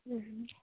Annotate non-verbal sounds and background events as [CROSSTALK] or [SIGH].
[UNINTELLIGIBLE]